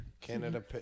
Canada